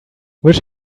wish